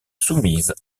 soumises